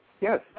Yes